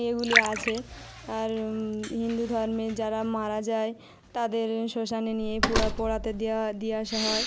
এগুলি আছে আর হিন্দু ধর্মে যারা মারা যায় তাদের শ্মশানে নিয়ে পুরা পোড়াতে দেয়া দিয়ে আসা হয়